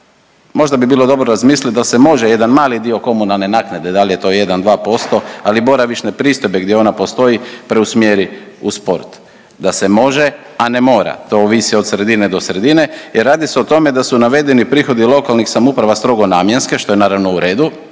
možda bi bilo dobro razmisliti da se može jedan mali dio komunalne naknade dal je to 1, 2% ali boravišne pristojbe gdje ona postoji preusmjeri u sport. Da se može, a ne mora to ovisi od sredine do sredine jer radi se o tome da su navedeni prihodi lokalnih samouprava strogo namjenske što je naravno u redu,